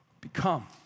become